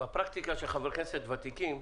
בפרקטיקה של חברי כנסת ותיקים,